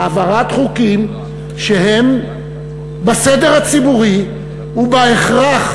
העברת חוקים שהם בסדר הציבורי ובהכרח